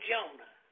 Jonah